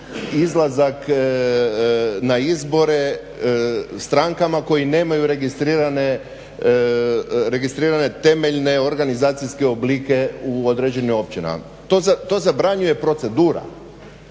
izlazak na izbore strankama koje nemaju registrirane temeljne organizacijske oblike u određenim općinama. To zabranjuje procedura.